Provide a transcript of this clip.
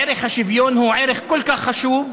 ערך השוויון הוא ערך כל כך חשוב,